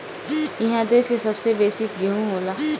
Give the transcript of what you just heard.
इहा देश के सबसे बेसी गेहूं होखेला